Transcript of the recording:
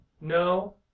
No